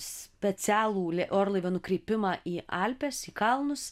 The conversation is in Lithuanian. specialų lė orlaivio nukrypimą į alpes į kalnus